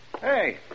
Hey